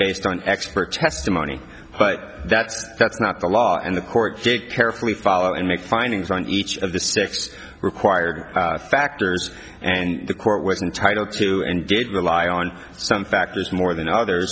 based on expert testimony but that's that's not the law and the court take carefully follow and make findings on each of the six required factors and the court with entitled to engage rely on some factors more than others